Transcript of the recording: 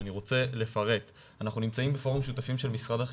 אני אגיד את זה